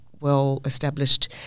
well-established